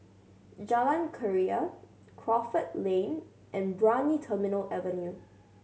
Jalan Keria Crawford Lane and Brani Terminal Avenue